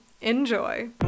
Enjoy